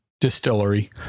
distillery